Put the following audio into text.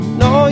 no